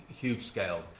huge-scale